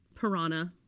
Piranha